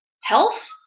health